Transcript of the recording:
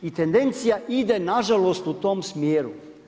I tendencija ide na žalost u tom smjeru.